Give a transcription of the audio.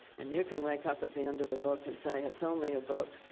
and you can wake up at the end of the book and say, it's only a book.